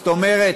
זאת אומרת,